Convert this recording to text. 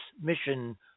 mission